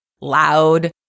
loud